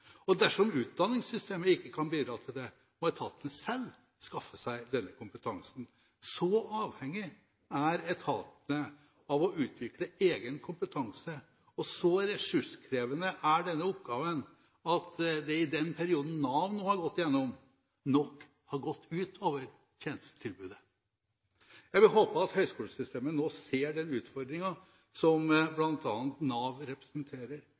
Dersom utdanningssystemet ikke kan bidra til det, må etaten selv skaffe seg denne kompetansen. Så avhengig er etatene av å utvikle egen kompetanse, og så ressurskrevende er denne oppgaven, at det i den perioden Nav nå har gått gjennom, nok har gått ut over tjenestetilbudet. Jeg vil håpe at høgskolesystemet nå ser den utfordringen som bl.a. Nav representerer.